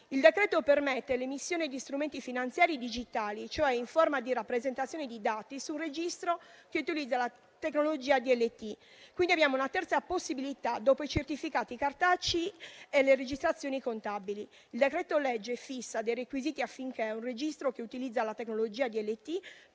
Il decreto-legge permette l'emissione di strumenti finanziari digitali, e cioè in forma di rappresentazione di dati su un registro che utilizza la tecnologia DLT, quindi abbiamo una terza possibilità dopo i certificati cartacei e le registrazioni contabili. Il decreto-legge fissa dei requisiti affinché un registro che utilizza la tecnologia DLT